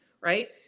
right